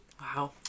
wow